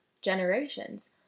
generations